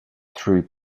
through